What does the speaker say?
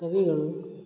ಕವಿಗಳು